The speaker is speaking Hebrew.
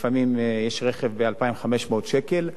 לפעמים יש רכב ב-2,500 שקל,